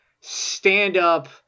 stand-up